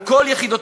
על כל יחידותיו,